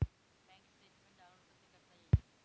Bank statement download कसे करता येईल?